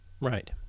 Right